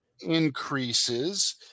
increases